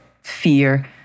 fear